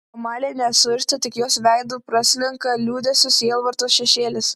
amalija nesuirzta tik jos veidu praslenka liūdesio sielvarto šešėlis